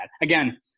Again